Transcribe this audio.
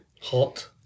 Hot